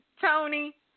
Tony